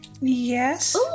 Yes